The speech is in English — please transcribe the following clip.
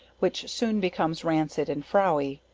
which soon becomes rancid and frowy.